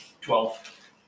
Twelve